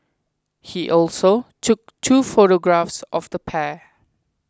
he also took two photographs of the pair